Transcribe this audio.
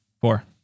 Four